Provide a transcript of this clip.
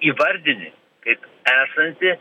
įvardini kaip esantį